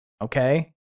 okay